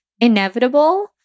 inevitable